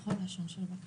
בכל לשון של בקשה.